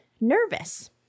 nervous